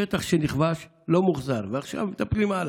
שטח שנכבש לא מוחזר, ועכשיו מטפלים הלאה.